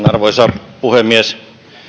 arvoisa puhemies